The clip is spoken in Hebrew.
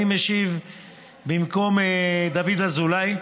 אני משיב במקום דוד אזולאי,